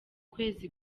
kwezi